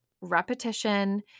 repetition